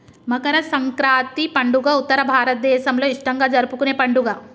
మకర సంక్రాతి పండుగ ఉత్తర భారతదేసంలో ఇష్టంగా జరుపుకునే పండుగ